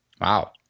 Wow